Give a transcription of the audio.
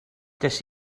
des